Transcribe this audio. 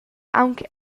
aunc